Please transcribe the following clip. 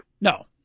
No